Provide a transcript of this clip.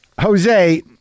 Jose